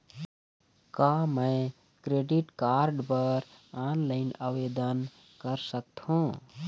का मैं credit card बर ऑनलाइन आवेदन कर सकथों?